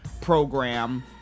program